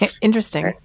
Interesting